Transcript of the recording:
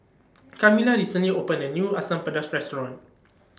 Kamilah recently opened A New Asam Pedas Restaurant